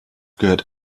gehört